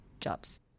jobs